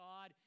God